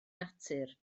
natur